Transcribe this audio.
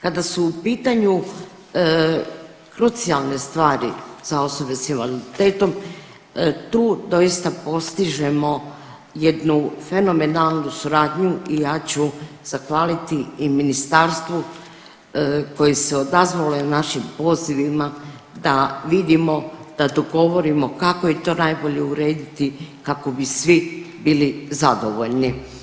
Kada su u pitanju krucijalne stvari za osobe s invaliditetom tu doista postižemo jednu fenomenalnu suradnju i ja ću zahvaliti i ministarstvu koje se odazvalo i našim pozivima da vidimo, da dogovorimo kako je to najbolje urediti kako bi svi bili zadovoljni.